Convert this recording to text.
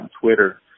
Twitter